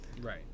Right